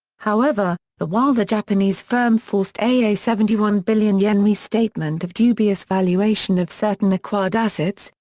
however, the while the japanese firm forced a seventy one billion yuan restatement of dubious valuation of certain acquired assets,